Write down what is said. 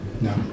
No